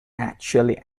actually